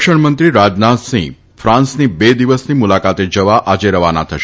સંરક્ષણમંત્રી રાજનાથસિંહ ફાન્સની બે દિવસની મુલાકાતે જવા આજે રવાના થશે